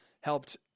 helped